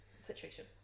situation